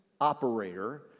operator